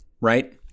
right